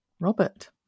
Robert